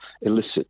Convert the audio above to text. illicit